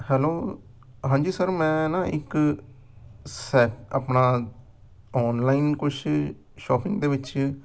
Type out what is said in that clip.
hello ਹਾਂਜੀ sir ਮੈਂ ਨਾ ਇੱਕ ਸੈਅ ਆਪਣਾ ਔਨਲਾਈਨ ਕੁਛ ਸ਼ੋਪਿੰਗ ਦੇ ਵਿੱਚ